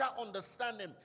understanding